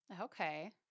Okay